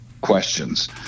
questions